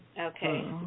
Okay